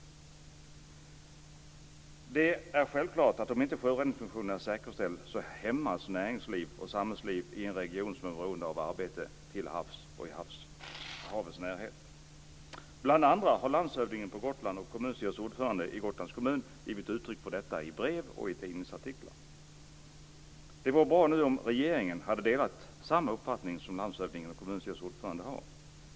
Det är självklart att om inte sjöräddningsfunktionen är säkerställd hämmas näringsliv och samhällsliv i en region som är beroende av arbete till havs och i havets närhet. Bl.a. har landshövdingen på Gotland och kommunstyrelsens ordförande i Gotlands kommun givit uttryck för detta i brev och i tidningsartiklar. Det vore bra om regeringen nu kunde dela den uppfattning som landshövdingen och kommunstyrelseordföranden har.